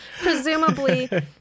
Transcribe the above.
presumably